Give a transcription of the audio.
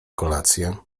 kolację